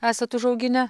esat užauginę